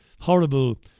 horrible